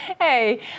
Hey